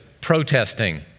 protesting